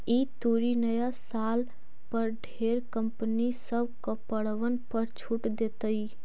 ई तुरी नया साल पर ढेर कंपनी सब कपड़बन पर छूट देतई